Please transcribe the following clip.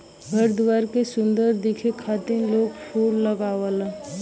घर दुआर के सुंदर दिखे खातिर लोग फूल लगावलन